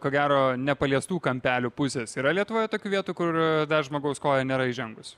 ko gero nepaliestų kampelių pusės yra lietuvoje tokių vietų kur žmogaus koja nėra įžengus